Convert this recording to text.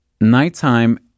Nighttime